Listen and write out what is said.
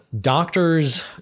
Doctors